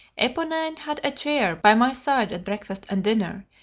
eponine had a chair by my side at breakfast and dinner,